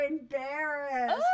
embarrassed